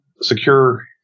secure